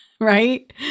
right